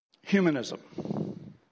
humanism